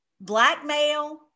blackmail